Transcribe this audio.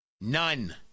none